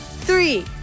three